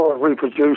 reproduce